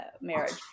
marriage